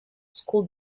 school